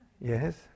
Yes